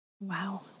Wow